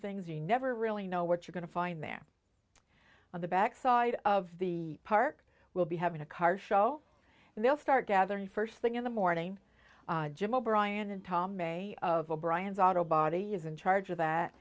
things you never really know what you're going to find there on the backside of the park will be having a car show and they'll start gathering first thing in the morning jim o'brien and tom may of o'brien's auto body is in charge of that